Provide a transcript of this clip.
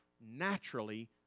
naturally